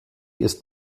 ist